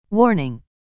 warning